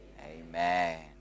amen